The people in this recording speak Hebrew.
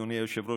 אדוני היושב-ראש,